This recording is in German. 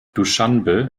duschanbe